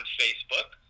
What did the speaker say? facebook